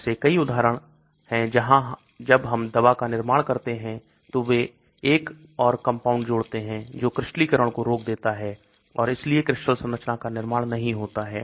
ऐसे कई उदाहरण हैं जहां जब हम दवा का निर्माण करते हैं तो वे एक और कंपाउंड जोड़ते हैं जो क्रिस्टलीकरण को रोक देता है और इसलिए क्रिस्टल संरचना का निर्माण होता है